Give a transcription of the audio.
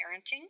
parenting